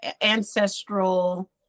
ancestral